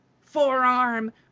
forearm